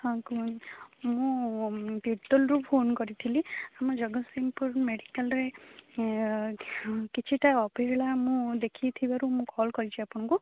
ହଁ କୁହନ୍ତୁ ମୁଁ ତିର୍ତ୍ତୋଲ୍ରୁ ଫୋନ୍ କରିଥିଲି ଆମ ଜଗତସିଂହପୁର ମେଡ଼ିକାଲ୍ରେ କିଛିଟା ଅବହେଳା ମୁଁ ଦେଖିଥିବାରୁ ମୁଁ କଲ୍ କରିଛି ଆପଣଙ୍କୁ